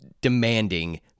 demanding